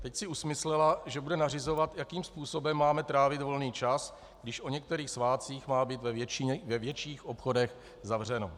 Teď si usmyslela, že bude nařizovat, jakým způsobem máme trávit volný čas, když o některých svátcích má být ve větších obchodech zavřeno.